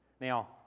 Now